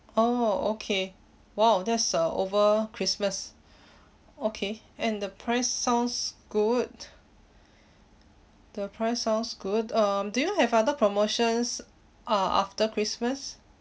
oh okay !wow! that's uh over christmas okay and the price sounds good the price sounds good um do you have other promotions uh after christmas